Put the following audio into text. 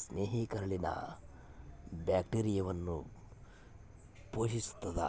ಸ್ನೇಹಿ ಕರುಳಿನ ಬ್ಯಾಕ್ಟೀರಿಯಾವನ್ನು ಪೋಶಿಸ್ತಾದ